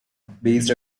based